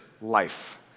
life